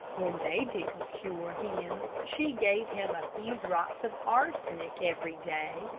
when they didn't cure him, she gave him a few drops of arsenic every day,